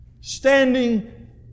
standing